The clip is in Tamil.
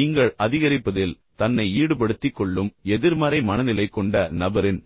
இப்போது இந்த பக்கத்தைப் பாருங்கள் நீங்கள் அதிகரிக்க விரும்பினால் அல்லது அதிகரிப்பதில் தன்னை ஈடுபடுத்திக்கொள்ளும் எதிர்மறை மனநிலை கொண்ட நபரின்